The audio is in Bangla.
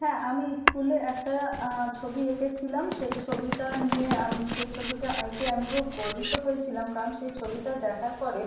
হ্যাঁ আমি স্কুলে একটা ছবি এঁকেছিলাম সেই ছবিটা নিয়ে আমি সেই ছবিটা একে আমি খুব গর্বিত হয়েছিলাম কারণ সেই ছবিটা দেখার পরে